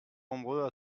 nombreux